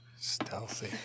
stealthy